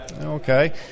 Okay